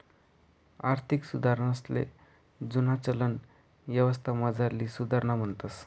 आर्थिक सुधारणासले जुना चलन यवस्थामझारली सुधारणा म्हणतंस